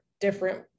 different